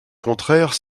contraire